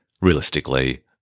realistically